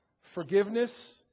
forgiveness